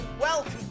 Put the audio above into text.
welcome